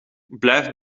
blijf